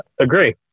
agree